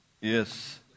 Yes